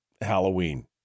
Halloween